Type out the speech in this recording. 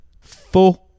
four